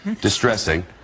distressing